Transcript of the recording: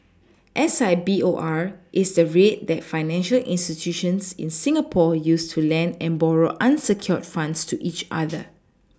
S I B O R is the rate that financial institutions in Singapore use to lend and borrow unsecured funds to each other